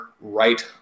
right